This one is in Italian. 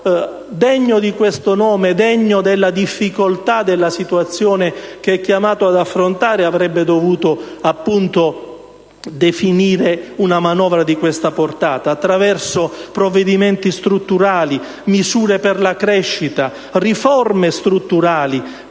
degno di questo nome, consapevole della difficoltà della situazione che è chiamato ad affrontare, avrebbe dovuto definire una manovra di tale portata, attraverso provvedimenti strutturali, misure per la crescita, riforme strutturali,